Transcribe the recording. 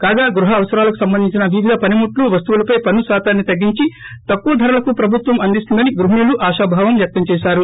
కాగా గృహ అవసరాలకు సంబంధించిన వివిధ పనిముట్లు వస్తువులపై పన్సు శాతాన్ని తగ్గించి తక్కువ ధరలకు ప్రభుత్వం అందిస్తుందని గృహిణులు ఆశాభావం వ్యక్తం చేశారు